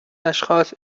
اشخاص